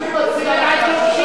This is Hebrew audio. אני מציע לך,